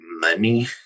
money